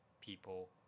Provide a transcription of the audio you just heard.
people